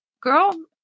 girl